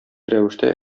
рәвештә